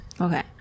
Okay